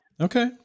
Okay